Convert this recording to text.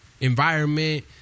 Environment